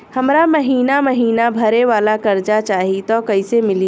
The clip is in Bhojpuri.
हमरा महिना महीना भरे वाला कर्जा चाही त कईसे मिली?